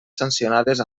sancionades